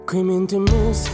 kai mintimis